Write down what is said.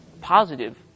positive